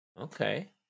Okay